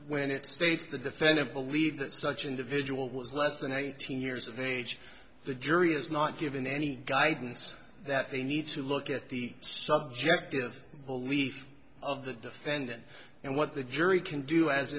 it states the defendant believe that such an individual was less than eighteen years of age the jury is not given any guidance that they need to look at the subjective belief of the defendant and what the jury can do as